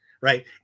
right